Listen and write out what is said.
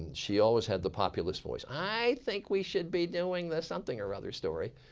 she always had the populace voice. i think we should be doing the something or other story.